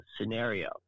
scenario